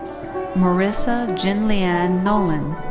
marissa jinlian nolan.